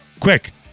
Quick